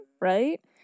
Right